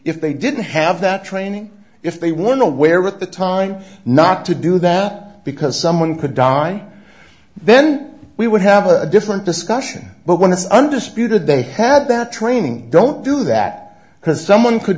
if they didn't have that training if they were nowhere at the time not to do that because someone could die then we would have a different discussion but when it's undisputed they had that training don't do that because someone could